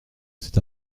cet